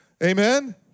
Amen